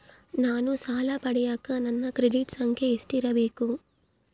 ನಾನು ಸಾಲ ಪಡಿಯಕ ನನ್ನ ಕ್ರೆಡಿಟ್ ಸಂಖ್ಯೆ ಎಷ್ಟಿರಬೇಕು?